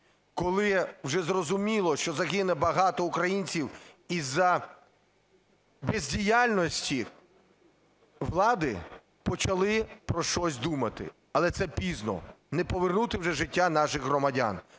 коли вже зрозуміло, що загине багато українців із-за бездіяльності влади, почали про щось думати. Але це пізно, не повернути вже життя наших громадян,